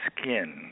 skin